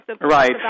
right